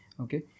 Okay